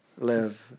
live